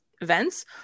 events